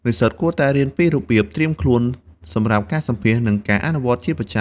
និស្សិតគួរតែរៀនពីរបៀបត្រៀមខ្លួនសម្រាប់ការសម្ភាសន៍ និងធ្វើការអនុវត្តន៍ជាប្រចាំ។